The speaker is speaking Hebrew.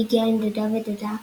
היא הגיעה, עם דודה ודודה,